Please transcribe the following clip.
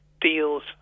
Deals